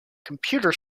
computer